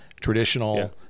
traditional